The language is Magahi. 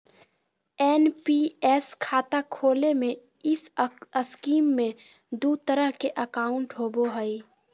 एन.पी.एस खाता खोले में इस स्कीम में दू तरह के अकाउंट होबो हइ